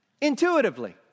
intuitively